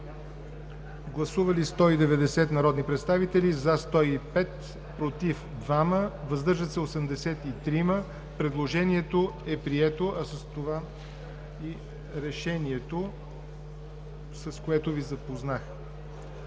Гласували 190 народни представители: за 105, против 2, въздържали се 83. Предложението е прието, а с това и Решението, с което Ви запознах.